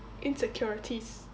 insecurities